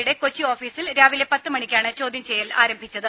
യുടെ കൊച്ചി ഓഫീസിൽ രാവിലെ പത്ത് മണിക്കാണ് ചോദ്യം ചെയ്യൽ ആരംഭിച്ചത്